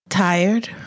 Tired